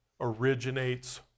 originates